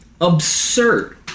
Absurd